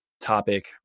topic